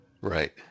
Right